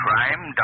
Crime